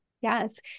Yes